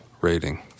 rating